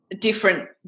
different